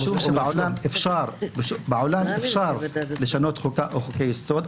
בעולם אפשר לשנות חוקה או חוקי יסוד,